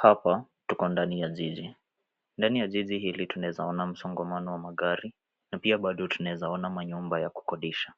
Hapa tuko ndani ya jiji. Ndani ya jiji hili tunaweza ona msongamano wa magari na pia bado tunaweza ona manyumba ya kukodisha.